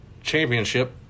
championship